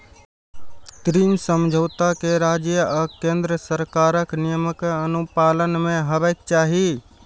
ऋण समझौता कें राज्य आ केंद्र सरकारक नियमक अनुपालन मे हेबाक चाही